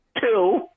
Two